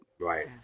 Right